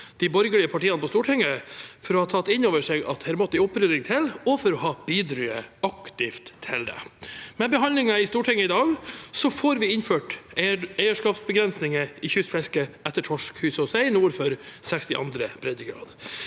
de borgerlige partiene på Stortinget for å ha tatt inn over seg at det måtte en opprydding til, og for å ha bidratt aktivt til det. Med behandlingen i Stortinget i dag får vi innført eierskapsbegrensinger i kystfisket etter torsk, hyse og sei nord for 62. breddegrad.